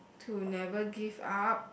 to never give up